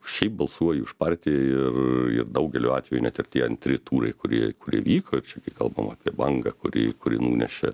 šiaip balsuoji už partiją ir ir daugeliu atveju net ir tie antri turai kurie kurie vyko ir čia kai kalbam apie bangą kuri kuri nunešė